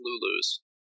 Lulu's